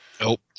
Nope